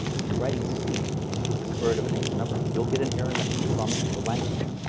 if you're writing c, and you take the square root of a negative number, you'll get an error message from the language.